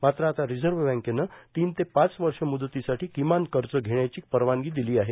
मात्र आता रिझर्व्ह बँकेनं तीन ते पाच वर्ष म्रदतीसाठी किमान कर्ज घेण्याची परवानगी दिली आहे